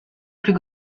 plus